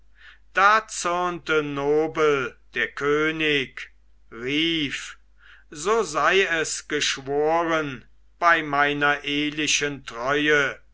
da zürnte nobel der könig rief so sei es geschworen bei meiner ehlichen treue